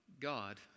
God